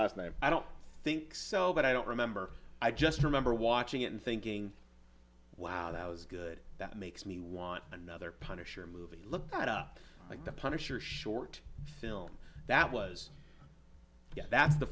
last night i don't think so but i don't remember i just remember watching it and thinking wow that was good that makes me want another punisher movie look that up like the punisher short film that was that's the